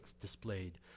displayed